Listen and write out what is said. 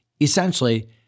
essentially